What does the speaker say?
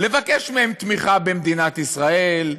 לבקש מהם תמיכה במדינת ישראל,